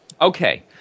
Okay